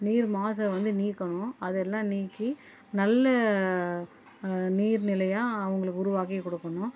நீர் மாச வந்து நீக்கணும் அதை எல்லாம் நீக்கி நல்ல நீர்நிலையாக அவங்களுக்கு உருவாக்கி கொடுக்கணும்